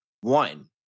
one